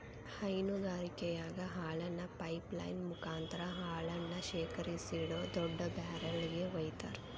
ಹೈನಗಾರಿಕೆಯಾಗ ಹಾಲನ್ನ pipeline ಮುಕಾಂತ್ರ ಹಾಲನ್ನ ಶೇಖರಿಸಿಡೋ ದೊಡ್ಡ ಬ್ಯಾರೆಲ್ ಗೆ ವೈತಾರ